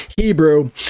Hebrew